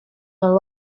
all